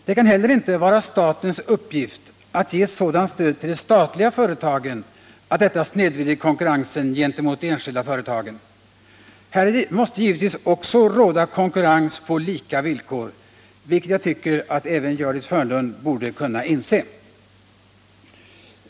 Det kan heller inte vara statens uppgift att ge sådant stöd till de statliga företagen att detta snedvrider konkurrensförhållandet gentemot de enskilda företagen. Också i detta avseende måste det givetvis råda konkurrens på lika villkor, vilket jag tycker att även Gördis Hörnlund borde kunna inse.